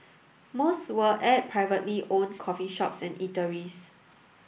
most were at privately owned coffee shops and eateries